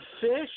fish